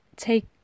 take